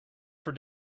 for